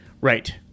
Right